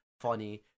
funny